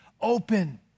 open